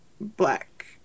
Black